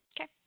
okay